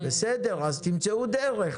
בסדר, אז תמצאו דרך.